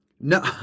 No